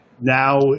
now